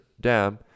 dam